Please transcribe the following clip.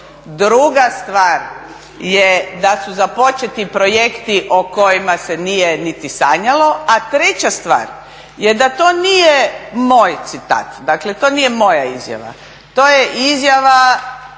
druga stvar je da su započeti projekti o kojima se nije niti sanjalo, a treća stvar je da to nije moj citat, dakle to nije moja izjava, to je izjava